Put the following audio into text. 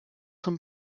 zum